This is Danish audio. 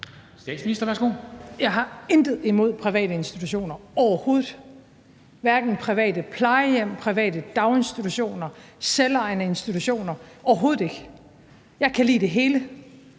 Jeg har intet imod privatinstitutioner, overhovedet ikke – hverken private plejehjem, private daginstitutioner eller selvejende institutioner – overhovedet ikke. Jeg kan lide det hele,